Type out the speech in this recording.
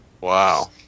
Wow